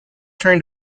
trying